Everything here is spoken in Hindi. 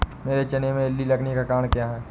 मेरे चने में इल्ली लगने का कारण क्या है?